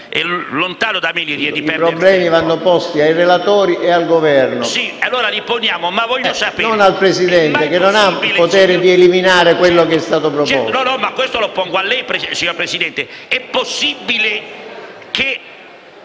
I problemi vanno posti ai relatori ed al Governo e non al Presidente, che non ha il potere di eliminare quello che è stato proposto.